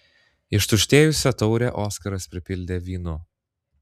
ištuštėjusią taurę oskaras pripildė vynu